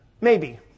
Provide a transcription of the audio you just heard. maybe